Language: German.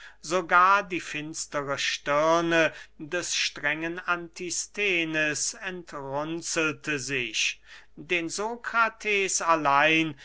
sogar die finstre stirne des strengen antisthenes entrunzelte sich den sokrates allein